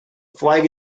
flag